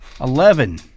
Eleven